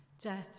death